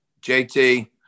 JT